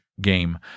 game